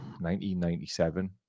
1997